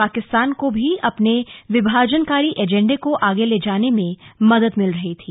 पाकिस्तान को भी अपने विभाजनकारी एजेंडे को आगे ले जाने में मदद मिल रही थी